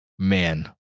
Man